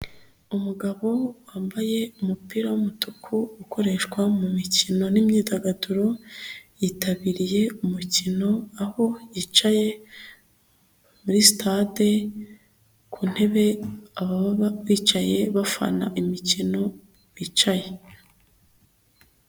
Umugabo wambaye umupira w'umutuku ukoreshwa mu mikino n'imyidagaduro, yitabiriye umukino aho yicaye muri sitade ku ntebe ababa bicaye bafana imikino bicaye.